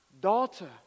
daughter